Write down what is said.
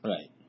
Right